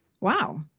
wow